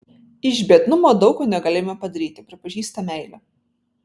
iš biednumo daug ko negalėjome padaryti pripažįsta meilė